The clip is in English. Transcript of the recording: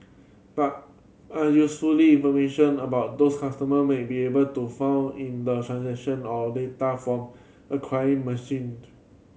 but an usefully information about those customer may be able to found in the transaction or data from acquiring merchant